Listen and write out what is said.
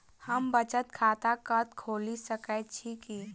हम बचत खाता कतऽ खोलि सकै छी?